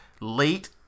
late